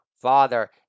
father